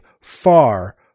far